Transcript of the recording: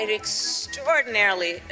extraordinarily